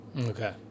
okay